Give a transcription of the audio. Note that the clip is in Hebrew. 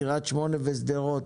קריית שמונה ושדרות,